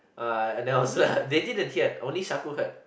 uh then I was like they didn't hear only Shaku heard